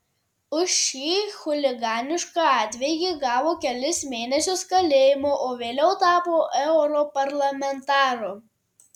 už šį chuliganišką atvejį gavo kelis mėnesius kalėjimo o vėliau tapo europarlamentaru